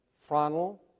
frontal